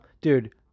dude